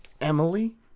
Emily